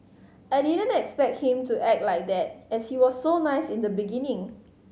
I didn't expect him to act like that as he was so nice in the beginning